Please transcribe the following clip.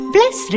Bless